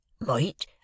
Might